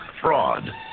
fraud